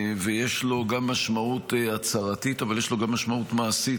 ויש לו גם משמעות הצהרתית אבל יש לו גם משמעות מעשית,